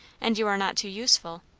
and you are not too useful.